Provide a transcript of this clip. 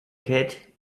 cat